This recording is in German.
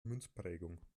münzprägung